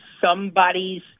somebody's